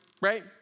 right